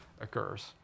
occurs